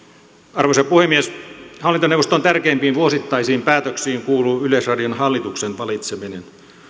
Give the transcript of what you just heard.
arvoisa puhemies hallintoneuvoston tärkeimpiin vuosittaisiin päätöksiin kuuluu yleisradion hallituksen valitseminen